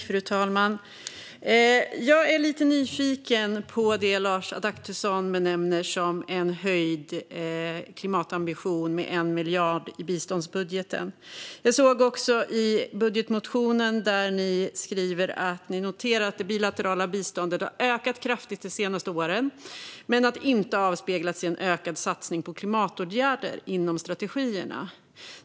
Fru talman! Jag är lite nyfiken på det som Lars Adaktusson benämner som en höjd klimatambition med 1 miljard i biståndsbudgeten. Jag såg att ni skriver i budgetmotionen att ni noterar att det bilaterala biståndet har ökat kraftigt de senaste åren men att det inte har avspeglats i en ökad satsning på klimatåtgärder inom strategierna.